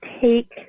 take